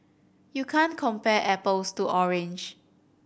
you can't compare apples to orange